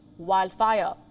wildfire